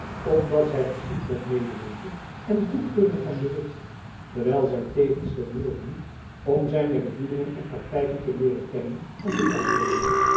omdat zy geschiedt met medeweten en goedkeuring van de witt terwijl zy tevens ten middel dient om zijne bedoelingen en praktijken te leeren kennen en te